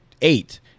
eight